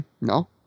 No